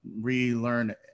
relearn